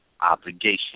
obligation